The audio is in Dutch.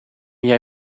jij